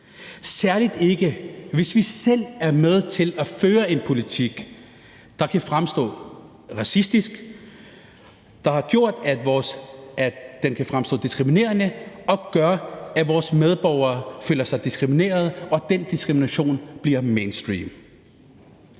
særlig ikke, hvis vi selv er med til at føre en politik, der kan fremstå racistisk, der kan fremstå diskriminerende, og gøre, at vores medborgere føler sig diskrimineret, og at den diskrimination bliver mainstream.